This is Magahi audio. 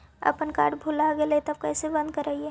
अपन कार्ड भुला गेलय तब कैसे बन्द कराइब?